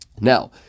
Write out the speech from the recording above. Now